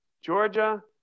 Georgia